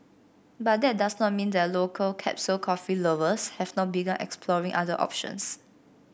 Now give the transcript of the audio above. but that does not mean that local capsule coffee lovers have not begun exploring other options